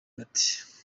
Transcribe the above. bati